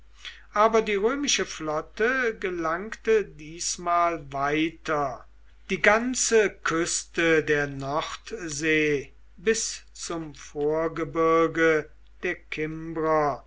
aber die römische flotte gelangte diesmal weiter die ganze küste der nordsee bis zum vorgebirge der kimbrer